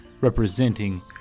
representing